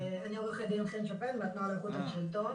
עורכת דין חן שופן מהתנועה לאיכות השלטון.